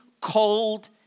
cold